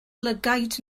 lygaid